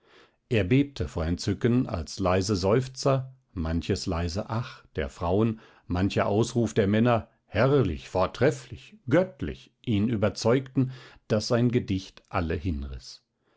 er bebte vor entzücken als leise seufzer manches leise ach der frauen mancher ausruf der männer herrlich vortrefflich göttlich ihn überzeugten daß sein gedicht alle hinriß